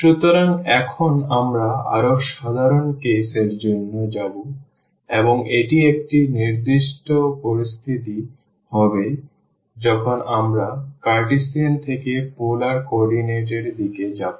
সুতরাং এখন আমরা আরও সাধারণ কেস এর জন্য যাব এবং এটি একটি নির্দিষ্ট পরিস্থিতি হবে যখন আমরা কার্টেসিয়ান থেকে পোলার কোঅর্ডিনেট এর দিকে যাব